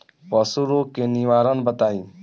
पशु रोग के निवारण बताई?